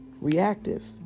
reactive